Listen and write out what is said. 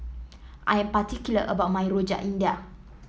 I am particular about my Rojak India